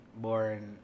Born